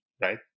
right